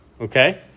Okay